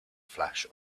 flash